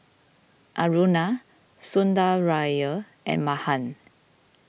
Aruna Sundaraiah and Mahan